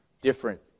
different